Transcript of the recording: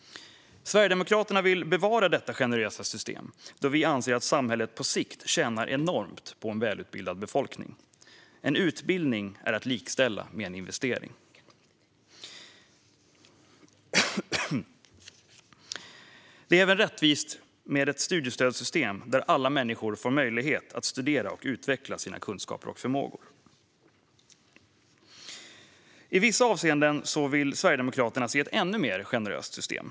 Sverigedemokraterna vill bevara detta generösa system då vi anser att samhället på sikt tjänar enormt på en välutbildad befolkning. En utbildning är att likställa med en investering. Det är även rättvist med ett studiestödssystem där alla människor får möjlighet att studera och utveckla sina kunskaper och förmågor. I vissa avseenden vill Sverigedemokraterna se ett ännu mer generöst system.